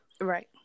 Right